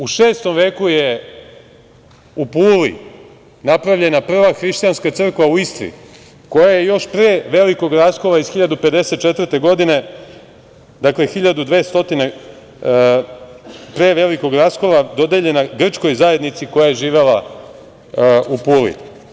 U VI. veku je u Puli napravljena prva hrišćanska crkva u Istri koja je još pre velikog raskola iz 1954. godine, dakle 1200. godine pre velikog raskola dodeljena grčkoj zajednici koja je živela u Puli.